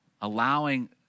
allowing